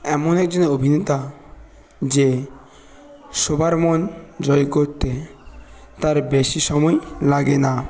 এমন একজন অভিনেতা যে সবার মন জয় করতে তার বেশি সময় লাগে না